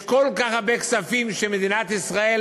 יש כל כך הרבה כספים שמדינת ישראל